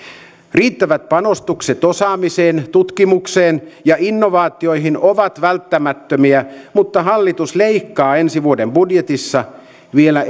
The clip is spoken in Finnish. riittävät panostukset osaamiseen tutkimukseen ja innovaatioihin ovat välttämättömiä mutta hallitus leikkaa ensi vuoden budjetissa vielä